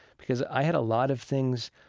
because i had a lot of things,